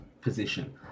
position